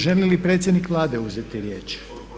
Želi li predsjednik Vlade uzeti riječ?